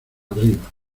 arriba